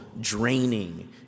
draining